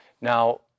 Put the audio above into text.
Now